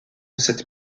cette